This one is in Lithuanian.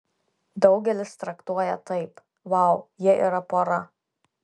daugelis traktuoja taip vau jie yra pora